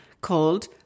called